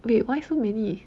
wait why so many